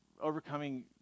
overcoming